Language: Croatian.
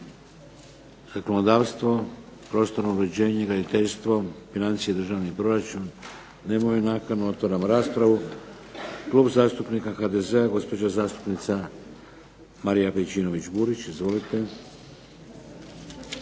Zakonodavstvo? Prostorno uređenje? Graditeljstvo? Financije i državni proračun? nemaju nakanu. Otvaram raspravu. Klub zastupnika HDZ-a, gospođa zastupnica Marija Pejčinović Burić. Izvolite.